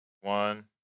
One